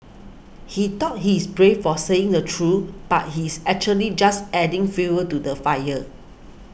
he thought he is brave for saying the truth but he's actually just adding fuel to the fire